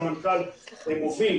והמנכ"ל מוביל,